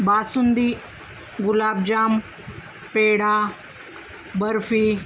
basundi gulab jam peda barfi